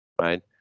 right